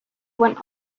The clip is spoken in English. went